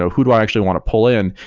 ah who do i actually want to pull in?